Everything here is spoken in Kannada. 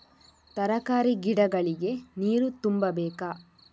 ತರಕಾರಿ ಗಿಡಗಳಿಗೆ ನೀರು ತುಂಬಬೇಕಾ?